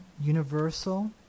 universal